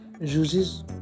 Uses